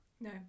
No